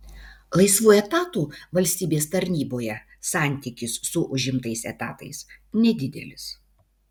laisvų etatų valstybės tarnyboje santykis su užimtais etatais nedidelis